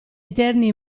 interni